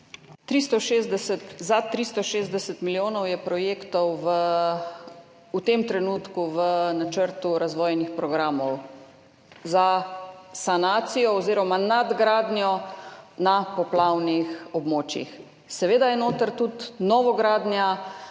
Za 360 milijonov je projektov v tem trenutku v Načrtu razvojnih programov za sanacijo oziroma nadgradnjo na poplavnih območjih. Seveda je notri tudi novogradnja